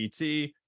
ET